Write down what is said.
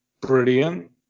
brilliant